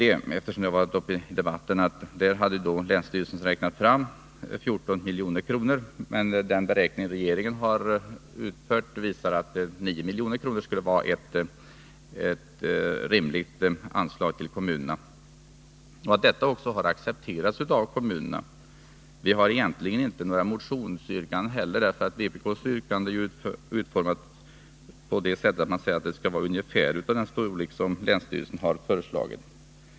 Eftersom det har tagits upp i debatten vill jag säga att länsstyrelsen hade räknat fram ett ersättningsbelopp på 14 milj.kr. Den beräkning som regeringen har utfört visar emellertid att 9 milj.kr. skulle vara ett rimligt anslag till kommunerna. Det har också accepterats av kommunerna. Det föreligger egentligen inte heller några motionsyrkanden. Vpk-motionen är nämligen utformad så att man yrkar att ersättningen skall vara av ungefär den storlek som länsstyrelsen har föreslagit.